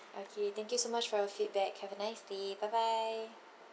okay thank you so much for your feedback have a nice day bye bye